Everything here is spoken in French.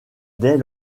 dès